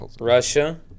Russia